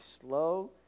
slow